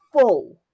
full